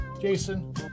Jason